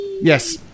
yes